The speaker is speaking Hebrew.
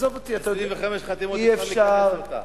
25 חתימות ואתה מכנס אותה.